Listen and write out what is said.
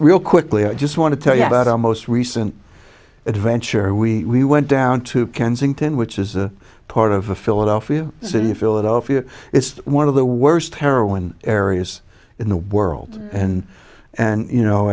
real quickly i just want to tell you about our most recent adventure we went down to kensington which is a part of a philadelphia city philadelphia it's one of the worst heroin areas in the world and and you know